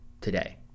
today